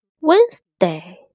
Wednesday